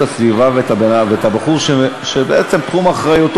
הסביבה ואת הבחור שבעצם תחום אחריותו,